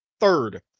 Third